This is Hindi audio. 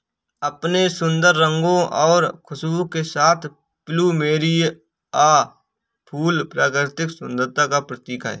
अपने सुंदर रंगों और खुशबू के साथ प्लूमेरिअ फूल प्राकृतिक सुंदरता का प्रतीक है